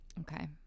Okay